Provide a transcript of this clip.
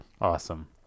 Awesome